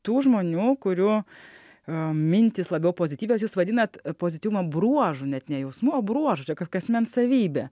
tų žmonių kurių am mintys labiau pozityvios jūs vadinat pozityvumo bruožu net ne jausmu o bruožu čia kažkokia asmens savybė